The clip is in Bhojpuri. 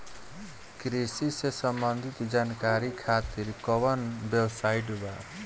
कृषि से संबंधित जानकारी खातिर कवन वेबसाइट बा?